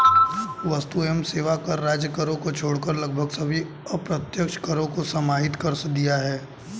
वस्तु एवं सेवा कर राज्य करों को छोड़कर लगभग सभी अप्रत्यक्ष करों को समाहित कर दिया है